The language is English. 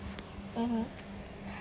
mmhmm